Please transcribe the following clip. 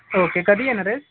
okay कधी येणार आहेत